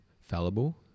fallible